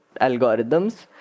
algorithms